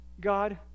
God